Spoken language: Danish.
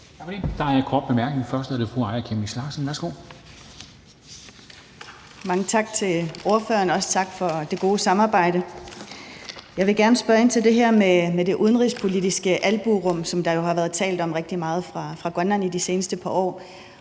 Larsen. Værsgo. Kl. 14:26 Aaja Chemnitz Larsen (IA): Mange tak til ordføreren, og også tak for det gode samarbejde. Jeg vil gerne spørge ind til det her med det udenrigspolitiske albuerum, som der jo har været talt rigtig meget om for Grønlands vedkommende i de